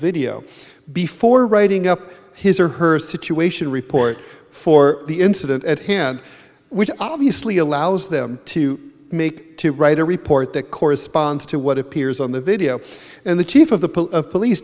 video before writing up his or her situation report for the incident at hand which obviously allows them to make to write a report that corresponds to what appears on the video and the chief of the police